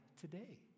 today